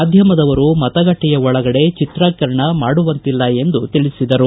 ಮಾಧ್ಯಮದವರು ಮತಗಟ್ಟೆಯ ಒಳಗೆ ಚಿತ್ರೀಕರಣ ಮಾಡುವಂತಿಲ್ಲ ಎಂದು ತಿಳಿಸಿದರು